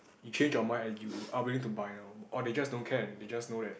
you changed your mind and you are willing to buy now or they just don't care and they just know that